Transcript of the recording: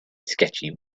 sketchy